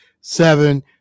seven